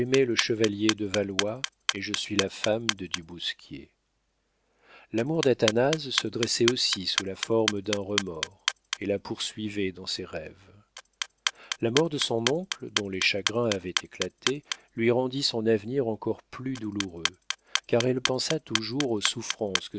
le chevalier de valois et je suis la femme de du bousquier l'amour d'athanase se dressait aussi sous la forme d'un remords et la poursuivait dans ses rêves la mort de son oncle dont les chagrins avaient éclaté lui rendit son avenir encore plus douloureux car elle pensa toujours aux souffrances